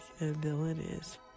abilities